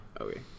Okay